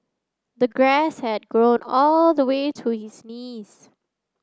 the grass had grown all the way to his knees